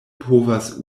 povas